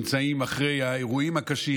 אחרי האירועים הקשים.